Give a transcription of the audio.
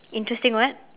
interesting what